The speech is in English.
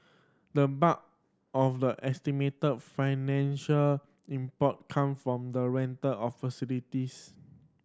the bulk of the estimated financial impact come from the rental of facilities